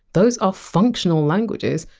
those are functional languages,